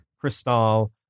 crystal